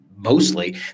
Mostly